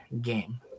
game